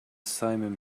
simum